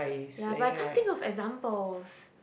ya but I can't think of examples